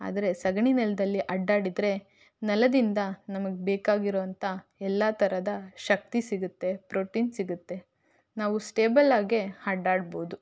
ಆದರೆ ಸಗಣಿ ನೆಲದಲ್ಲಿ ಅಡ್ಡಾಡಿದರೆ ನೆಲದಿಂದ ನಮಗೆ ಬೇಕಾಗಿರೋ ಅಂಥ ಎಲ್ಲ ಥರದ ಶಕ್ತಿ ಸಿಗತ್ತೆ ಪ್ರೋಟಿನ್ ಸಿಗತ್ತೆ ನಾವು ಸ್ಟೇಬಲ್ ಆಗೇ ಅಡ್ಡಾಡ್ಬೋದು